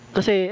Kasi